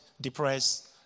depressed